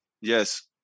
Yes